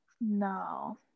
no